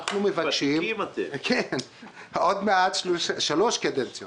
ועוד מעט ניכנס לקדנציה